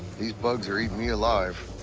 these bugs are eatin' me alive.